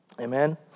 Amen